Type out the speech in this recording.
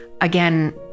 Again